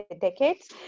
decades